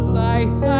life